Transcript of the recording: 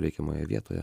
reikiamoje vietoje